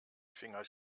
finger